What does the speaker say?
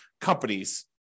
companies